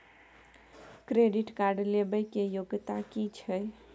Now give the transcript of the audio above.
Credit card लेबै के योग्यता कि छै?